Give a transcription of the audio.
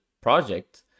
project